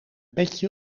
petje